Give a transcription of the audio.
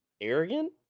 arrogant